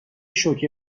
شوکه